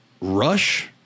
rush